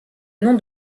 nom